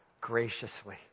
graciously